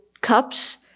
Cups